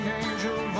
angel